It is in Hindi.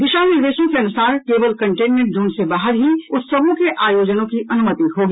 दिशा निर्देशों के अनुसार केवल कंटेनमेंट जोन से बाहर ही उत्सवों के आयोजन की अनुमति होगी